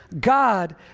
God